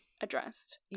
addressed